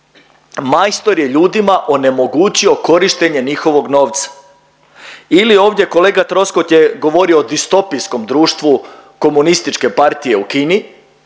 Majstor je ljudima onemogućio korištenje njihovog novca. Ili ovdje kolega Troskot je govorio o distopijskom društvu Komunističke partije u Kini